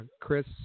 Chris